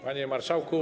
Panie Marszałku!